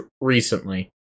recently